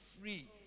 free